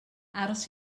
aros